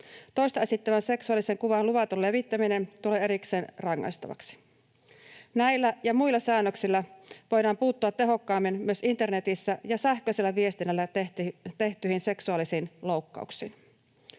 Toista esittävän seksuaalisen kuvan luvaton levittäminen tulee erikseen rangaistavaksi. Näillä ja muilla säännöksillä voidaan puuttua tehokkaammin myös internetissä ja sähköisellä viestinnällä tehtyihin seksuaalisin loukkauksiin.